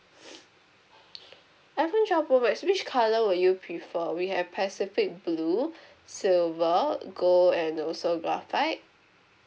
iPhone twelve pro max which colour would you prefer we have pacific blue silver gold and also graphite